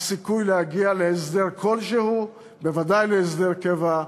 הסיכוי להגיע להסדר כלשהו, בוודאי להסדר קבע,